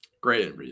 Great